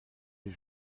les